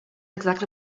exactly